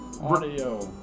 Audio